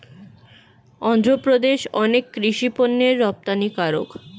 অন্ধ্রপ্রদেশ অনেক কৃষি পণ্যের রপ্তানিকারক